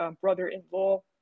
brother-in-law